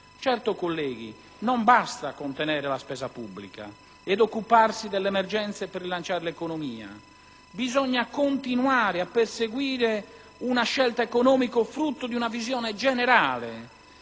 Certo, colleghi, non basta contenere la spesa pubblica ed occuparsi delle emergenze per rilanciare l'economia: bisogna continuare a perseguire una scelta economica frutto di una visione generale,